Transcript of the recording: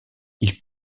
ils